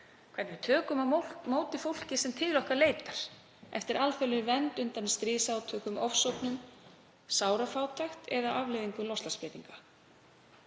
hvernig við tökum á móti fólki sem til okkar leitar eftir alþjóðlegri vernd undan stríðsátökum, ofsóknum, sárafátækt eða afleiðingum loftslagsbreytinga.